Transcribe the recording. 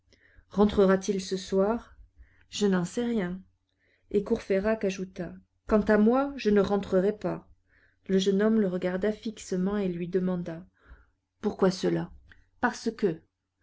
rentrera-t-il ce soir je n'en sais rien et courfeyrac ajouta quant à moi je ne rentrerai pas le jeune homme le regarda fixement et lui demanda pourquoi cela parce que